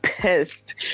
Pissed